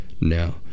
now